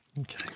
Okay